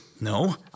No